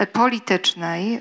politycznej